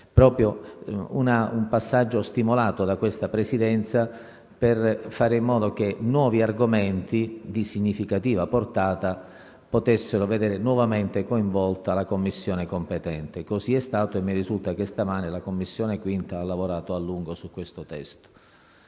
Un passaggio, questo, stimolato da questa Presidenza per fare in modo che nuovi argomenti di significativa portata potessero vedere nuovamente coinvolta la Commissione competente. Così è stato, e mi risulta che, stamani, la 5a Commissione ha lavorato a lungo su questo testo.